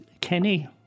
Kenny